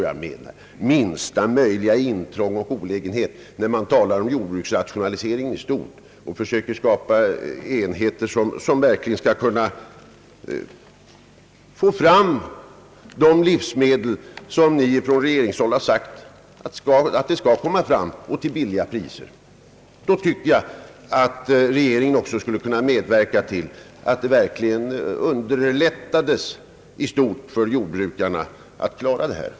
Det är inte så jag menar. Jag har talat om jordbruksrationalisering i stort, där man försöker skapa enheter som verkligen skall kunna få fram de livsmedel som man från regeringshåll har sagt skall komma fram till låga priser. Då tycker jag att regeringen också skulle kunna medverka till att det verkligen underlättades för jordbrukarna att klara av dessa problem.